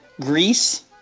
Greece